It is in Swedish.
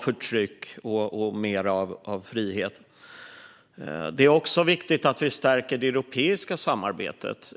förtryck och mer av frihet. Det är även viktigt att stärka det europeiska samarbetet.